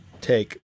take